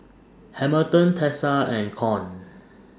Hamilton Tessa and Con